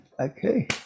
Okay